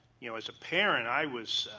you know as a parent, i was